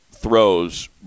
throws